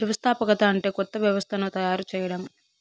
వ్యవస్థాపకత అంటే కొత్త వ్యవస్థను తయారు చేయడం